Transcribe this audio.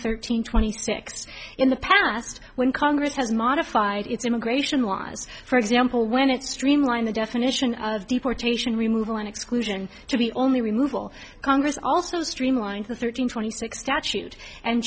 thirteen twenty six in the past when congress has modified its immigration laws for example when it streamlined the definition of deportation remove an exclusion to be only removed will congress also streamlined the thirteen twenty six statute and